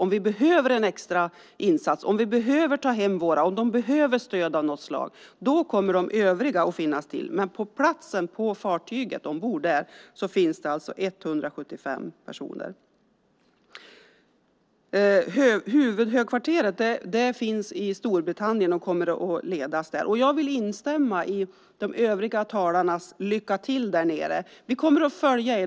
Om vi behöver en extra insats, om vi behöver ta hem våra, om de behöver stöd av något slag - då kommer de övriga att finnas där, men på plats ombord på fartyget finns alltså 175 personer. Huvudhögkvarteret finns i Storbritannien, och det hela kommer att ledas därifrån. Jag vill instämma i de övriga talarnas lycka till. Vi kommer att följa er.